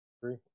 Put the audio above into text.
Three